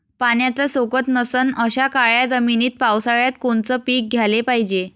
पाण्याचा सोकत नसन अशा काळ्या जमिनीत पावसाळ्यात कोनचं पीक घ्याले पायजे?